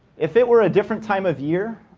if it were a different time of year,